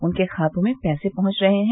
उनके खातों में पैसे पहुंच रहे हैं